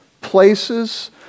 places